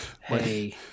Hey